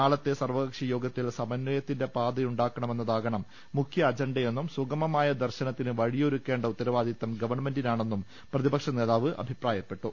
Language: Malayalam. നാളെത്തെ സർവകക്ഷിയോഗത്തിൽ സമന്വയത്തിന്റെ പാതയുണ്ടാക്കണമെന്നതാകണം മുഖ്യ അജണ്ട യെന്നും സുഗമമായ ദർശനത്തിന് വഴിയൊരുക്കേണ്ട ഉത്തരവാ ദിത്വം ഗവൺമെന്റിനാണെന്നും പ്രതിപക്ഷനേതാവ് അഭിപ്രായപ്പെ ട്ടു